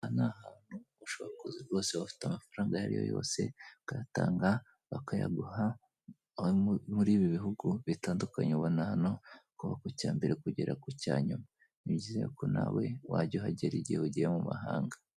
Hano abacuruzi bose baba bafite amafaranga ayariyo yose, bakayatanga bakayaguha, muribi bihugu bitandukanye ubona hano, kuva ku cya mbere kugera ku cya nyuma. Bivuze ko nawe wajya uhagera mu gihe cyose ugiye mu mahanga.